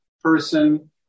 person